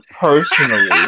personally